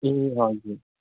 ए हजुर